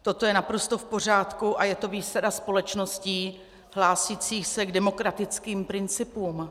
Toto je naprosto v pořádku a je to výsada společností hlásících se k demokratickým principům.